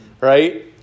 right